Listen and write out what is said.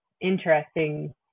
interesting